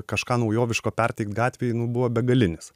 kažką naujoviško perteikt gatvėj nu buvo begalinis